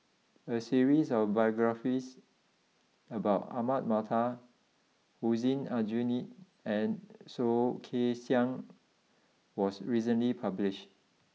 a series of biographies about Ahmad Mattar Hussein Aljunied and Soh Kay Siang was recently published